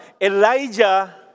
Elijah